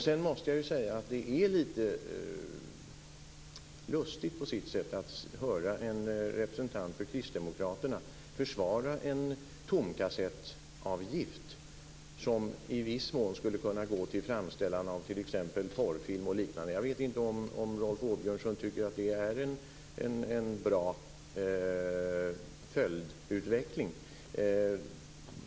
Sedan måste jag säga att det är lite lustigt på sitt sätt att höra en representant för Kristdemokraterna försvara en tomkassettavgift som i viss mån skulle kunna gå till framställande av t.ex. porrfilm. Jag vet inte om Rolf Åbjörnsson tycker att det är en bra följdutveckling.